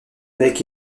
bec